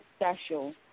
special